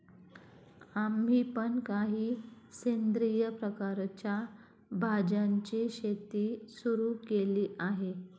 आम्ही पण काही सेंद्रिय प्रकारच्या भाज्यांची शेती सुरू केली आहे